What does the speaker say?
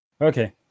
okay